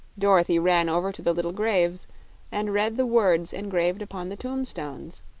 dorothy ran over to the little graves and read the words engraved upon the tombstones.